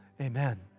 amen